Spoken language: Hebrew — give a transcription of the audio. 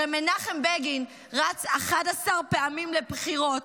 הרי מנחם בגין רץ 11 פעמים לבחירות,